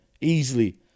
easily